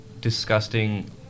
disgusting